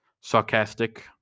sarcastic